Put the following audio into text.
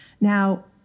Now